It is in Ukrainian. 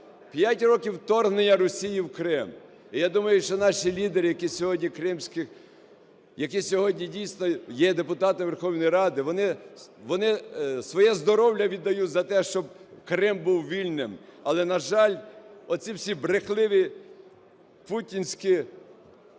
5 років вторгнення Росії в Крим. Я думаю, що наші лідери, які сьогодні кримські, які сьогодні дійсно є депутатами Верховної Ради, вони своє здоров'я віддають за те, щоб Крим був вільним. Але, на жаль, оці всі брехливі путінські